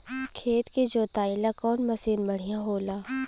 खेत के जोतईला कवन मसीन बढ़ियां होला?